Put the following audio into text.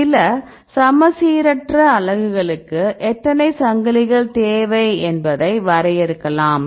சில சமச்சீரற்ற அலகுகளுக்கு எத்தனை சங்கிலிகள் தேவை என்பதை வரையறுக்கலாம்